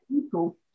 people